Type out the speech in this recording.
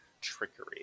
Trickery